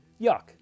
yuck